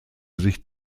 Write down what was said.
sich